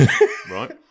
right